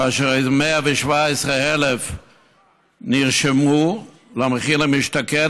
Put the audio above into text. כאשר 117,000 נרשמו למחיר למשתכן,